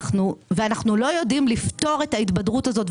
ואנחנו לא יודעים לפתור את ההתבדרות הזאת,